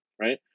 right